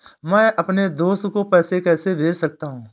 मैं अपने दोस्त को पैसे कैसे भेज सकता हूँ?